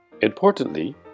Importantly